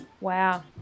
Wow